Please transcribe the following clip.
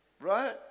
Right